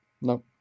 No